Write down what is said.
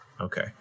Okay